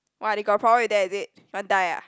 what they got problem with that is it want die ah